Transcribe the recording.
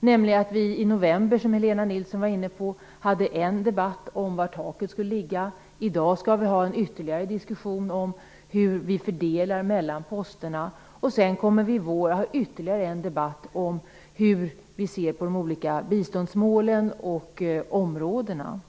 Den innebär att vi i november, som Helena Nilsson var inne på, hade en debatt om var taket skall ligga, att vi i dag skall ha en diskussion om hur vi fördelar mellan posterna och att vi i vår kommer att ha ytterligare en debatt om hur vi ser på de olika biståndsmålen och områdena.